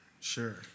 sure